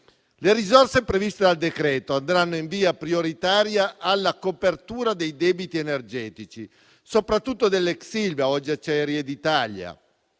Le risorse previste dal decreto andranno in via prioritaria alla copertura dei debiti energetici, soprattutto dell'ex Ilva, oggi Acciaierie d'Italia: